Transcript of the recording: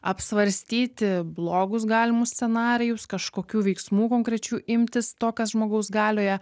apsvarstyti blogus galimus scenarijus kažkokių veiksmų konkrečių imtis to kas žmogaus galioje